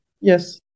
Yes